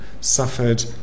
suffered